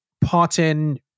part-in